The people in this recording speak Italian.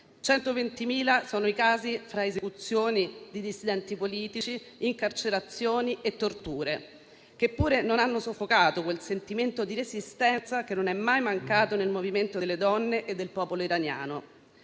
120.000 sono i casi, tra esecuzioni di dissidenti politici, incarcerazioni e torture, che pure non hanno soffocato quel sentimento di resistenza che non è mai mancato nel movimento delle donne e del popolo iraniano.